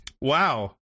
Wow